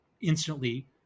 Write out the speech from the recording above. instantly